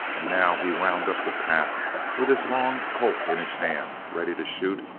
and now he wound up the path with his long colt in his hand, ready to shoot,